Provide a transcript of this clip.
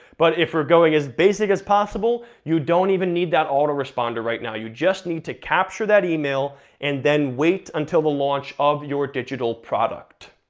but if we're going as basic as possible, you don't even need that auto responder right now, you just need to capture that email and then wait until the launch of your digital product.